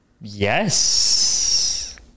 yes